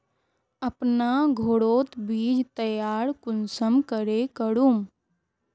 अपना घोरोत बीज तैयार कुंसम करे करूम?